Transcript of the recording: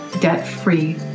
debt-free